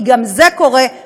כי גם זה קורה.